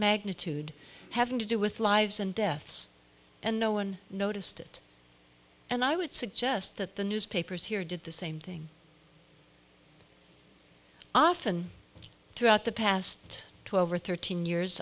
magnitude having to do with lives and deaths and no one noticed it and i would suggest that the newspapers here did the same thing often throughout the past twelve or thirteen years